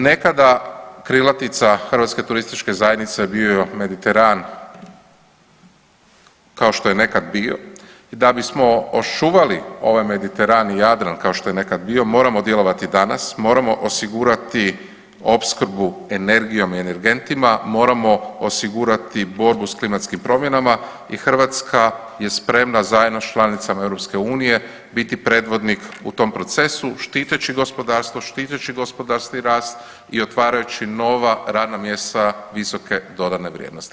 Nekada krilatica HTZ-a bi je Mediteran kao što je nekad bio i da bismo očuvali ovaj Mediteran i Jadran kao što je nekad bio moramo djelovati danas, moramo osigurati opskrbu energijom i energentima, moramo osigurati borbu s klimatskim promjenama i Hrvatska je spremana zajedno s članicama EU biti predvodnik u tom procesu štiteći gospodarstvo, štiteći gospodarski rast i otvarajući nova radna mjesta visoke dodane vrijednosti.